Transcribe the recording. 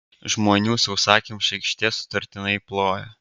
žmonių sausakimša aikštė sutartinai plojo